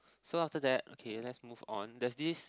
so after that okay let's move on there's this